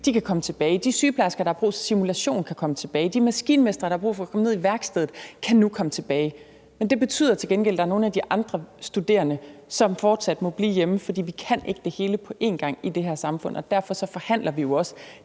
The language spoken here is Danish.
sy, kan komme tilbage; de sygeplejersker, der har brug for at komme ud i simulation, kan komme tilbage; de maskinmestre, der har brug for at komme ud i værkstedet, kan komme tilbage. Men det betyder til gengæld, at der er nogle af de andre studerende, som fortsat må blive hjemme, for vi kan ikke det hele på en gang i det her samfund, og derfor forhandler vi jo også